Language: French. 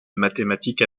mathématiques